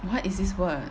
what is this word